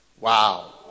Wow